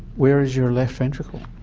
where is your left ventricle?